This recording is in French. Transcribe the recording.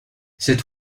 cet